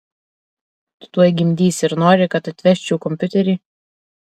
tu tuoj gimdysi ir nori kad atvežčiau kompiuterį